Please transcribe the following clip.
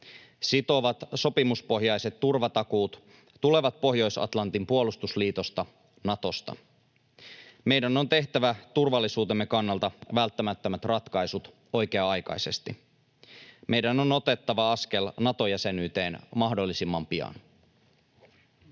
Sitovat sopimuspohjaiset turvatakuut tulevat Pohjois-Atlantin puolustusliitosta Natosta. Meidän on tehtävä turvallisuutemme kannalta välttämättömät ratkaisut oikea-aikaisesti. Meidän on otettava askel Nato-jäsenyyteen mahdollisimman pian.